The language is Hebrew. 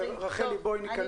רחלי, בואי ניכנס לפערים.